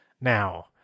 now